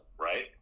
right